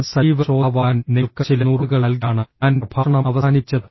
ഒരു സജീവ ശ്രോതാവാകാൻ നിങ്ങൾക്ക് ചില നുറുങ്ങുകൾ നൽകിയാണ് ഞാൻ പ്രഭാഷണം അവസാനിപ്പിച്ചത്